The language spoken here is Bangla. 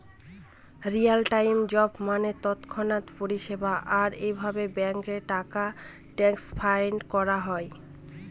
রিয়েল টাইম জব মানে তৎক্ষণাৎ পরিষেবা, আর এভাবে ব্যাঙ্কে টাকা ট্রান্সফার করা হয়